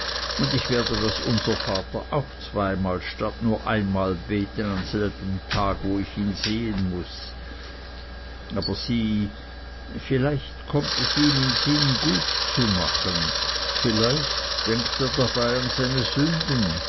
und ich werde das unservater auch zweimal statt nur einmal beten an selbem tag wo ich ihn sehen muß aber sieh vielleicht kommt es ihm in sinn gut zu machen vielleicht denkt er dabei an seine sünden